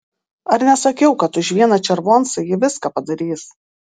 ar nesakiau kad už vieną červoncą ji viską padarys